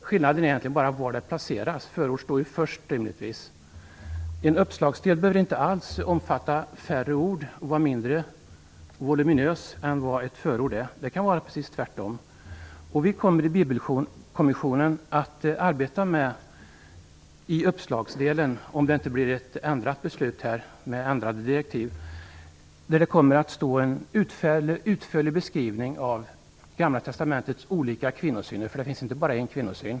Skillnaden är egentligen bara placeringen. Förord står ju rimligtvis först. En uppslagsdel behöver inte alls omfatta färre ord eller vara mindre voluminös än ett förord. Det kan vara precis tvärtom. Vi kommer i Bibelkommissionen att arbeta med uppslagsdelen - om det inte här blir ett beslut som innebär ändrade direktiv - som kommer att innehålla en utförlig beskrivning av Gamla testamentets olika kvinnosyner, för det finns ju inte bara en kvinnosyn.